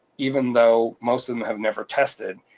even though most of them have never tested,